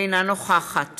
אינה נוכחת